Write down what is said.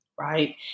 right